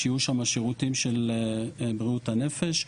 שיהיו שם שירותים של בריאות הנפש,